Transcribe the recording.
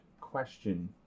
question